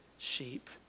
sheep